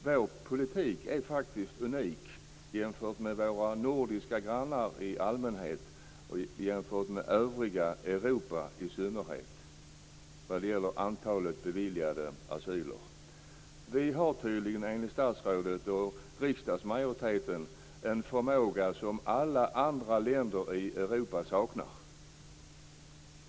Vår politik är faktiskt unik, jämfört med våra nordiska grannar i allmänhet och jämfört med övriga Europa i synnerhet när det gäller antalet beviljade asyler. Vi har tydligen, enligt statsrådet och riksdagsmajoriteten, en förmåga som alla andra länder i Europa saknar.